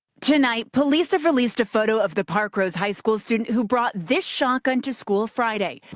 tonight, police have released a photo of the parkrose high school student who brought this shotgun to school friday.